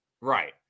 Right